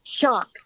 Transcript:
Shock